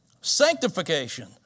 Sanctification